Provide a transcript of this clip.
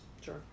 Sure